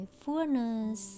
fullness